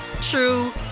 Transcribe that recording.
true